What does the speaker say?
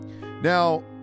Now